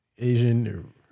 Asian